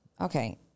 Okay